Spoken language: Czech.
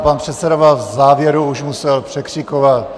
Pan předseda vás v závěru už musel překřikovat.